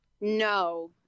no